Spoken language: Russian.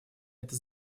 это